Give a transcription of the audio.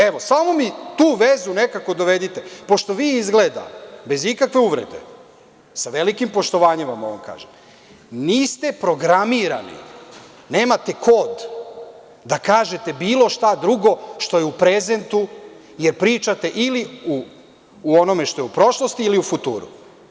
Evo, samo mi tu vezu nekako dovedite, pošto vi izgleda, bez ikakve uvrede, sa velikim poštovanjem vam ovo kažem, niste programirani, nemate kod da kažete bilo šta drugo što je u prezentu, jer pričate ili o onome što je u prošlosti ili u futuru.